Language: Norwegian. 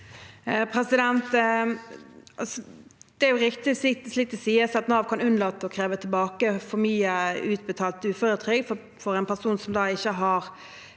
Det er rik- tig, slik det sies, at Nav kan unnlate å kreve tilbake for mye utbetalt uføretrygd fra en person som ikke har